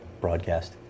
broadcast